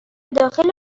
داخل